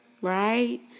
right